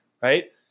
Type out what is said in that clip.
right